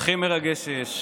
הכי מרגש שיש.